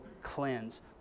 cleanse